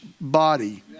body